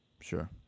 Sure